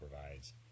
provides